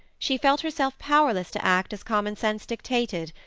she felt herself powerless to act as common-sense dictated,